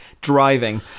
driving